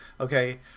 okay